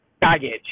baggage